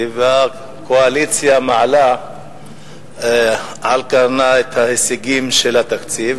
והקואליציה מעלה על קרנה את ההישגים של התקציב,